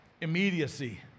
immediacy